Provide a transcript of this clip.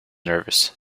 nervous